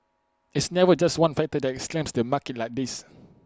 it's never just one factor that slams the market like this